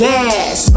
Yes